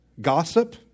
gossip